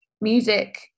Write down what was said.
music